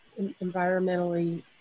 environmentally